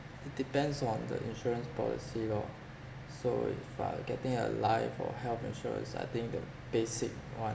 it depends on the insurance policy lor so for getting a life or health insurance I think the basic one